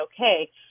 okay